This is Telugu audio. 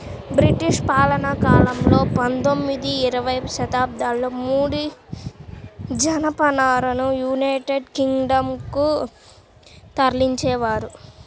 బ్రిటిష్ పాలనాకాలంలో పందొమ్మిది, ఇరవై శతాబ్దాలలో ముడి జనపనారను యునైటెడ్ కింగ్ డం కు తరలించేవారు